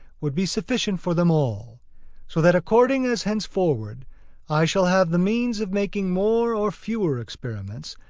would be sufficient for them all so that according as henceforward i shall have the means of making more or fewer experiments,